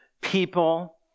people